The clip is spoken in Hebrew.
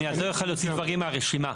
אני עוזר לך להוציא דברים מהרשימה.